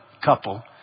couple